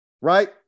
right